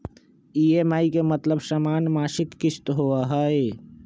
EMI के मतलब समान मासिक किस्त होहई?